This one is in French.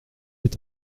est